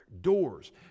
doors